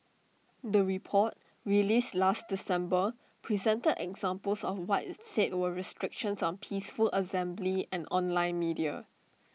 the report released last December presented examples of what IT said were restrictions on peaceful assembly and online media